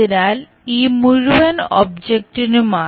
അതിനാൽ ഈ മുഴുവൻ ഒബ്ജക്റ്റിനുമായി